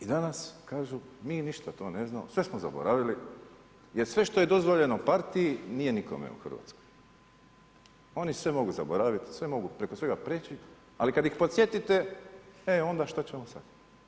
I danas kažu mi ništa to ne znamo, sve smo zaboravili, jer sve što je dozvoljeno partiji, nije nikome u Hrvatskoj. oni sve mogu zaboraviti, oni mogu preko svega preći, ali kad ih podsjetite, e onda šta ćemo sad?